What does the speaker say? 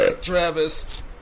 Travis